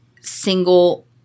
single